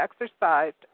exercised